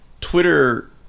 Twitter